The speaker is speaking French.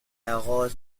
arrose